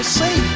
say